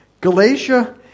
Galatia